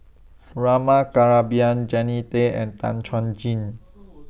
Rama Kannabiran Jannie Tay and Tan Chuan Jin